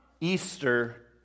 Easter